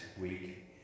week